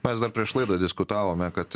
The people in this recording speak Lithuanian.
mes dar prieš laidą diskutavome kad